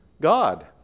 God